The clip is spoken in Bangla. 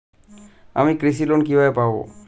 আমি কৃষি লোন কিভাবে পাবো?